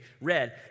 read